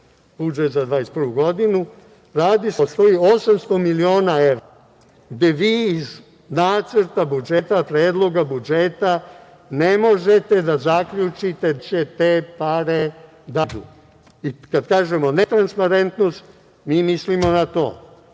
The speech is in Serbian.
budžeta za 2021. godinu, da postoji 800 miliona evra gde vi iz nacrta budžeta, Predloga budžeta ne možete da zaključite gde će te pare da idu. Kada kažemo netransparentnost, mi mislimo na to,